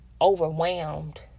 overwhelmed